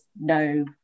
no